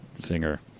singer